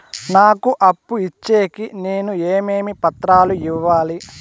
నాకు అప్పు ఇచ్చేకి నేను ఏమేమి పత్రాలు ఇవ్వాలి